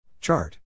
Chart